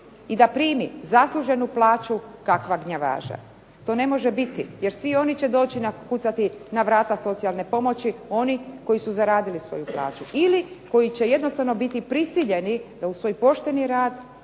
i da primi zasluženu plaću, kakva gnjavaža. To ne može biti jer svi oni će doći kucati na vrata socijalne pomoći, oni koji su zaradili svoju plaću ili oni koji će biti jednostavno prisiljeni da uz svoj pošteni rad,